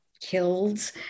killed